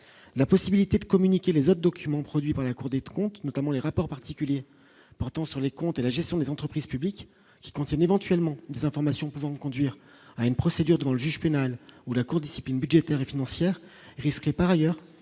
la possibilité de communiquer les autres documents produits par la Cour des troncs qui notamment les rapports particuliers portant sur les comptes et la gestion des entreprises publiques qui contiennent éventuellement des informations pouvant conduire à une procédure devant le juge pénal ou la Cour discipline budgétaire et financière, ce par ailleurs